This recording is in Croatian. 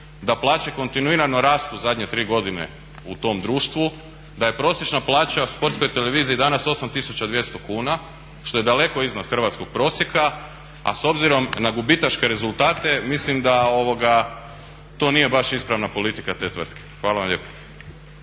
da plaće kontinuirano rastu zadnje tri godine u tom društvu, da je prosječna plaća u Sportskoj televiziji danas 8200 kuna, što je daleko iznad hrvatskog prosjeka, a s obzirom na gubitaške rezultate mislim da to nije baš ispravna politika te tvrtke. Hvala vam lijepo.